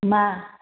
मा